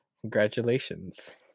Congratulations